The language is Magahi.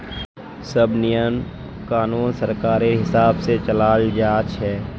सब नियम कानून सरकारेर हिसाब से चलाल जा छे